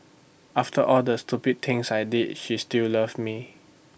after all the stupid things I did she still loved me